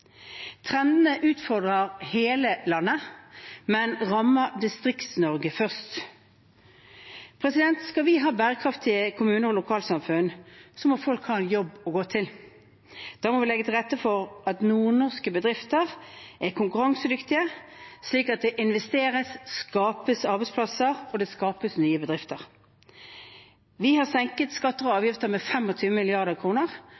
Trendene utfordrer hele landet, men rammer Distrikts-Norge først. Skal vi ha bærekraftige kommuner og lokalsamfunn, må folk ha en jobb å gå til. Da må vi legge til rette for at nordnorske bedrifter er konkurransedyktige, slik at det investeres og skapes arbeidsplasser og nye bedrifter. Vi har senket skatter og